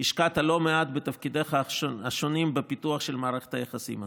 והשקעת לא מעט בתפקידיך השונים בפיתוח של מערכת היחסים הזאת.